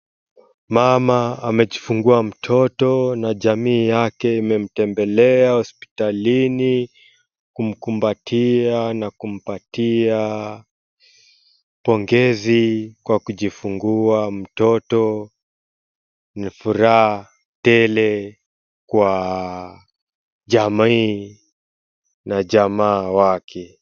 Mama amejifungua mtoto na jamii yake imemtembelea hospitalini kumkumbatia na kumpatia pongezi kwa kujifungua mtoto, ni furaha tele kwa jamii na jamaa wake.